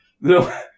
No